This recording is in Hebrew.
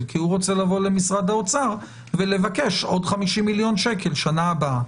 כי הוא רוצה לבוא למשרד האוצר ולבקש עוד 50 מיליון שקלים בשנה הבאה.